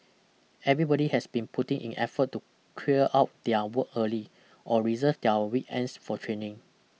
everybody has been putting in effort to clear out their work early or reserve their weekends for training